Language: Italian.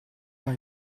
una